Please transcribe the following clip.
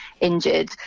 injured